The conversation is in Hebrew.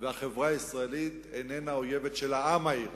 והחברה הישראלית בשום פנים ואופן אינן אויבות של העם האירני.